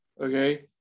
okay